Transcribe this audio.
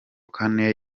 kane